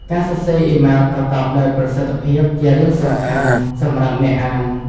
ការសរសេរអ៊ីមែលប្រកបដោយប្រសិទ្ធភាពជារឿងសំខាន់សម្រាប់អ្នកអាន។